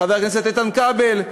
חבר הכנסת איתן כבל,